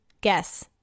Guess